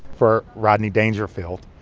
for rodney dangerfield.